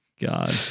God